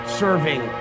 serving